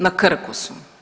Na Krku su.